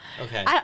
Okay